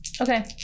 Okay